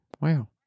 Wow